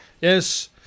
Yes